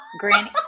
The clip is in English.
granny